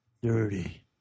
Dirty